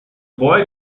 boy